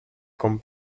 con